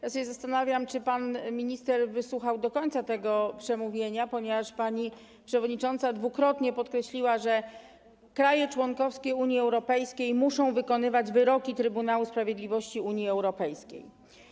Ja się zastanawiam, czy pan minister wysłuchał do końca tego przemówienia, ponieważ pani przewodnicząca dwukrotnie podkreśliła, że kraje członkowskie Unii Europejskiej muszą wykonywać wyroki Trybunału Sprawiedliwości Unii Europejskiej.